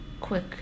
quick